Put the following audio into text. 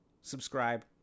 subscribe